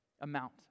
amount